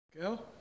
Go